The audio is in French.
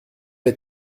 les